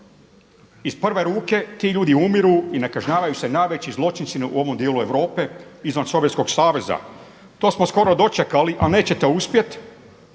iz prve ruke. Ti ljudi umiru i ne kažnjavaju se najveći zločinci u ovom dijelu Europe iznad Sovjetskog saveza. To smo skoro dočekali, ali nećete uspjeti.